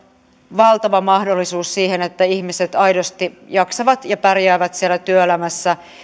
valtava mahdollisuus siihen että ihmiset aidosti jaksavat ja pärjäävät siellä työelämässä